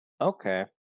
okay